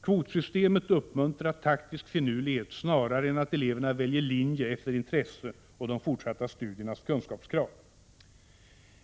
Kvotsystemet uppmuntrar taktisk finurlighet snarare än val efter intresse och de fortsatta studiernas kunskapskrav.